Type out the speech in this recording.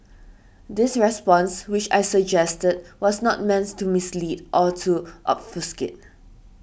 this response which I suggested was not means to mislead or to obfuscate